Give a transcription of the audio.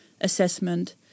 assessment